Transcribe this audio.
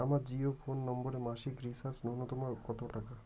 আমার জিও ফোন নম্বরে মাসিক রিচার্জ নূন্যতম কত টাকা?